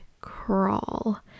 crawl